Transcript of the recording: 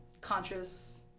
Conscious